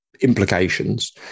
implications